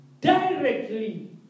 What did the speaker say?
Directly